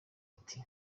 ati